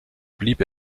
blieb